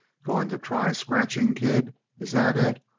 going to try scratching, kid? is that it,